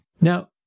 Now